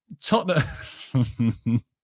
Tottenham